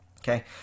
Okay